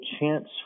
chance